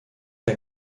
der